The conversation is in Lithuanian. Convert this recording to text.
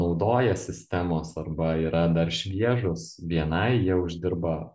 naudoja sistemos arba yra dar šviežūs bni jie uždirba